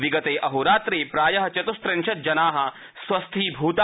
विगते अहोरात्रे प्राय चतुस्रिंशत् जना स्वस्थीभूता